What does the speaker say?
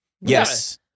Yes